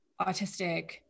autistic